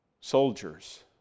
soldiers